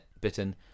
bitten